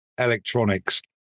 electronics